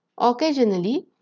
Occasionally